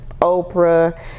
Oprah